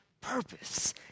purpose